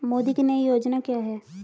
मोदी की नई योजना क्या है?